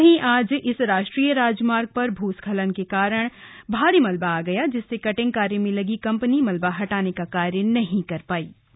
वहीं आज भी इस राष्ट्रीय राजमार्ग पर भूस्खलन के कारण भारी मलबा आ गया जिससे कटिंग कार्य में लगी कम्पनी मलबा हटाने का कार्य नहीं कर पायी